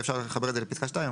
את הפסקה הזו אפשר לחבר עם פסקה (2),